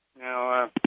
Now